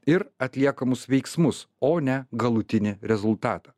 ir atliekamus veiksmus o ne galutinį rezultatą